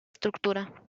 estructura